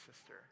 sister